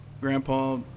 Grandpa